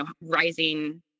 rising